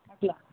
అట్ల